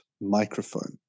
microphone